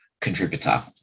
contributor